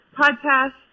podcast